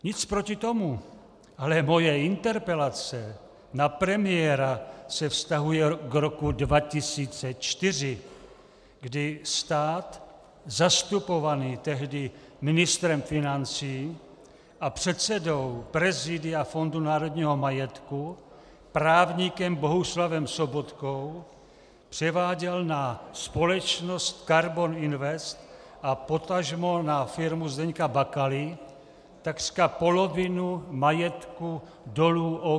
Nic proti tomu, ale moje interpelace na premiéra se vztahuje k roku 2004, kdy stát zastupovaný tehdy ministrem financí a předsedou prezidia Fondu národního majetku, právníkem Bohuslavem Sobotkou, převáděl na společnost Karbon Invest a potažmo na firmu Zdeňka Bakaly takřka polovinu majetku dolů OKD.